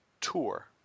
tour